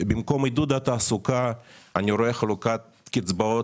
במקום עידוד התעסוקה אני רואה חלוקת קצבאות